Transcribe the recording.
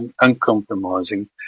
uncompromising